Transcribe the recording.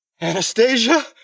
Anastasia